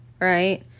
Right